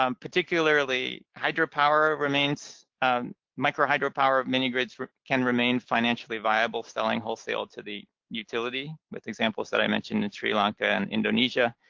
um particularly hydropower remains micro hydropower mini-grids can remain financially viable selling wholesale to the utility, with examples that i mentioned in sri lanka and indonesia.